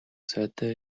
сайтай